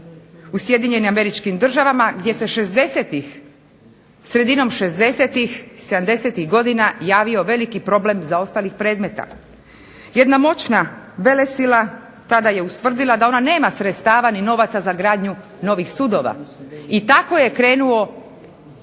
sredinom šezdesetih, sedamdesetih godina javi veliki problem zaostalih predmeta. Jedna moćna velesila tada je ustvrdila da ona nema sredstava ni novaca za gradnju novih sudova. I tako je krenuo